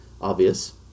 obvious